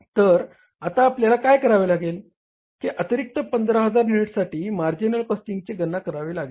तर आता आपल्याला काय करावे लागेल की अतिरिक्त 15000 युनिट्ससाठी मार्जिनल कॉस्टिंगची गणना करावी लागेल